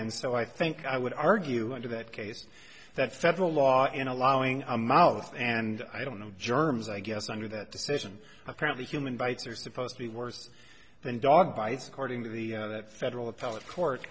and so i think i would argue under that case that federal law in allowing a mouth and i don't know germs i guess under that decision apparently human bites are supposed to be worse than dog bites according to the federal appellate court